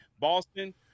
Boston